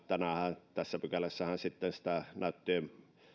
tänäänhän tässä pykälässähän sitten sitä näyttöjen